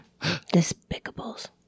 Despicables